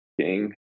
king